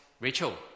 Rachel